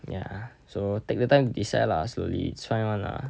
ya so take the time to decide lah so it's fine [one] lah